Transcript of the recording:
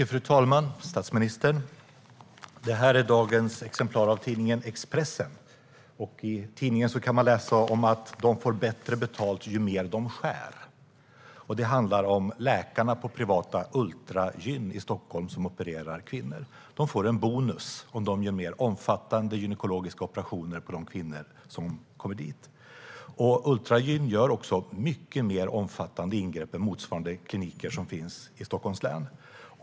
Fru talman! Statsministern! Det här är dagens exemplar av tidningen Expressen. Här kan man läsa om att läkarna som opererar kvinnor på privata Ultragyn i Stockholm får bättre betalt ju mer de skär. De får en bonus om de gör mer omfattande gynekologiska operationer på de kvinnor som kommer dit. Ultragyn gör också mycket mer omfattande ingrepp än motsvarande kliniker i Stockholms län.